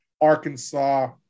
Arkansas